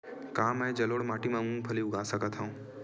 का मैं जलोढ़ माटी म मूंगफली उगा सकत हंव?